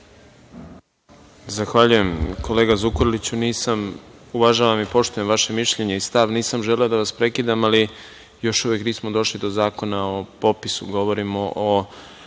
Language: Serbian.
Zahvaljujem, kolega Zukorliću. Uvažavam i poštujem vaše mišljenje i stav, nisam želeo da vas prekidam, ali još uvek nismo došli do Zakona o popisu, govorimo o